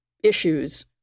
issues